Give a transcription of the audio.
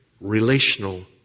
relational